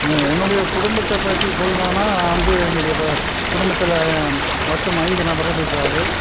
என்னுடைய குடும்பத்தை பற்றி சொல்லுணும்னா நான் வந்து என்னுடைய ப குடும்பத்தில் மொத்தம் ஐந்து நபர்கள் இருக்கிறார்கள்